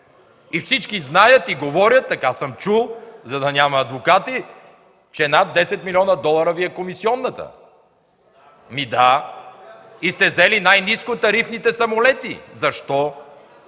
и всички знаят и говорят, така съм чул, за да няма адвокати, че над 10 млн. долара Ви е комисионната. (Реплика от КБ.) Ами да, и сте взели най-нискотарифните самолети. Защо?